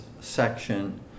section